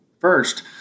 First